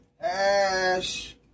Ash